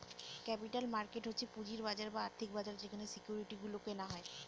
capital market হচ্ছে পুঁজির বাজার বা আর্থিক বাজার যেখানে সিকিউরিটি গুলো কেনা হয়